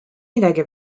midagi